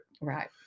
right